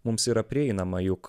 mums yra prieinama juk